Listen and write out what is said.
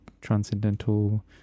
transcendental